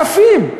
אלפים.